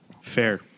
fair